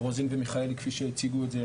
רוזין ומיכאלי, כפי שהציגו את זה